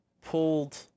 pulled